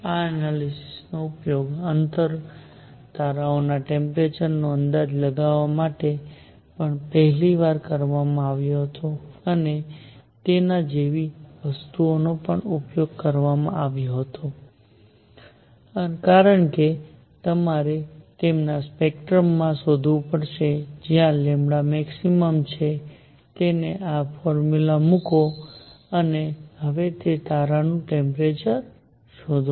આ એનાલિસિસ નો ઉપયોગ અંતર તારાઓના ટેમ્પરેચર નો અંદાજ લગાવવા માટે પણ પહેલી વાર કરવામાં આવ્યો હતો અને તેના જેવી વસ્તુઓ નો પણ ઉપયોગ કરવામાં આવ્યો હતો કારણ કે તમારે તેમના સ્પેક્ટ્રમ માં શોધવું પડશે જ્યાં max છે અને તેને આ ફોર્મ્યુલામાં મૂકો અને હવે તે તારાનું ટેમ્પરેચર શોધો